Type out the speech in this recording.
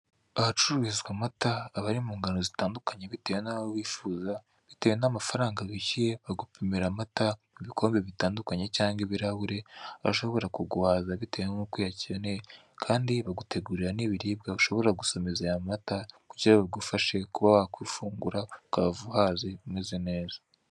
Ahacururizwa amata aba ari mu ngano zitandukanye bitewe n'ayo wifuza, bitewe n'amafaranaga wishyuye bagupimira mu bikombe bitandukanye cyangwa ibirahure ashobora kuguhaza bitewe n'uko uyakeneye kandi bagutegurira n'ibiribwa ushobora gusomeza aya mata kugira bagufasha kuba wafungura ukava ugaze ukava umeze neza.